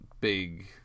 big